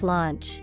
Launch